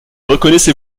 reconnaissez